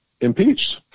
impeached